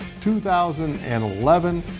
2011